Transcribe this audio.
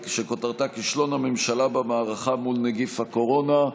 שכותרתה: כישלון הממשלה במערכה מול נגיף הקורונה.